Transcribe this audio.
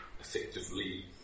effectively